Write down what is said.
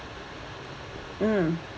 mm